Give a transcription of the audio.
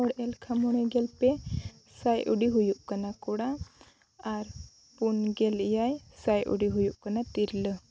ᱦᱚᱲ ᱮᱞᱠᱷᱟ ᱢᱚᱬᱮᱜᱮᱞ ᱯᱮ ᱥᱟᱭ ᱩᱰᱤ ᱦᱩᱭᱩᱜ ᱠᱟᱱᱟ ᱠᱚᱲᱟ ᱟᱨ ᱯᱩᱱᱜᱮᱞ ᱮᱭᱟᱭ ᱥᱟᱭ ᱩᱰᱤ ᱦᱩᱭᱩᱜ ᱠᱟᱱᱟ ᱛᱤᱨᱞᱟᱹ